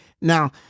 now